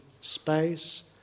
space